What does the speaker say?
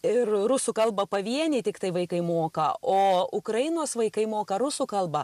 ir rusų kalbą pavieniai tiktai vaikai moka o ukrainos vaikai moka rusų kalbą